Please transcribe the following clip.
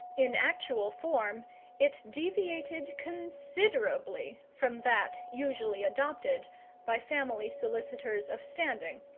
in actual form it deviated considerably from that usually adopted by family solicitors of standing,